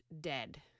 dead